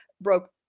broke